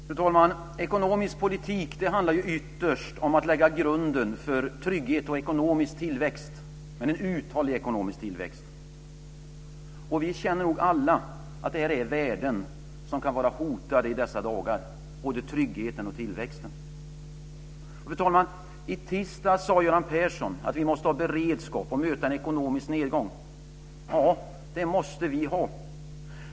Fru talman! Ekonomisk politik handlar ju ytterst om att lägga fast grunden för trygghet och en uthållig ekonomisk tillväxt. Vi känner nog alla att det är de värden som kan vara hotade i dessa dagar; både tryggheten och tillväxten. Fru talman! I tisdags sade Göran Persson att vi måste ha beredskap för att möta en ekonomisk nedgång. Ja, det måste vi ha.